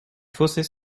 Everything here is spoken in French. fossés